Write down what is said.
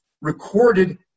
recorded